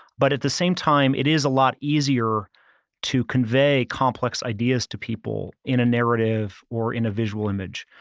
but at the same time it is a lot easier to convey complex ideas to people in a narrative or in a visual image.